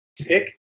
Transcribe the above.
sick